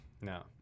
No